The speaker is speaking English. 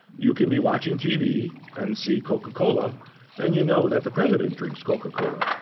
you can be watching tv and see coca-cola and you know that the president drinks coca-cola.